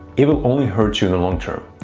it will only hurt you in the long-term.